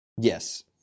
yes